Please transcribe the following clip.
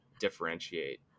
differentiate